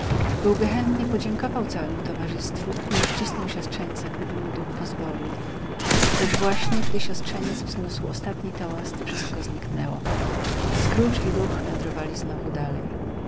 byłby chętnie podziękował całemu towarzystwu i uścisnął siostrzeńca gdyby mu duch pozwolił lecz właśnie gdy siostrzeniec wzniósł ostatni toast wszystko zniknęło scrooge i duch wędrowali znów dalej